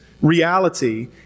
reality